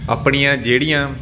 ਆਪਣੀਆਂ ਜਿਹੜੀਆਂ